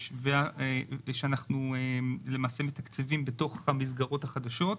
ולמעשה אנחנו מתקצבים בתוך המסגרות החדשות.